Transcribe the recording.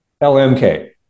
LMK